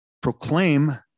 proclaim